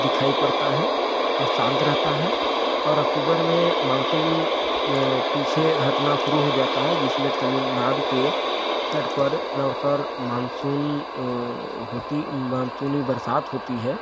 दिखाई पड़ता है और शांत रहता है और अक्टूबर में मानसून पीछे हटना शुरू हो जाता है जिसमें तमिलनाडु के तट पर लग कर मानसून होती मानसूनी बरसात होती है